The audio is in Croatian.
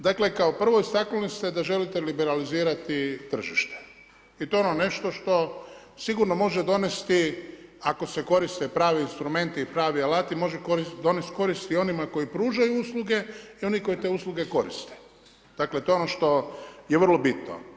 Dakle kao prvo istaknuli ste da želite liberalizirati tržište i to je ono što sigurno može donesti ako se koriste pravi instrumenti i pravi alati može donest korist onima koji pružaju usluge i oni koji te usluge koriste, dakle to je ono što je vrlo bitno.